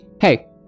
Hey